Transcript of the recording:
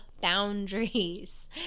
boundaries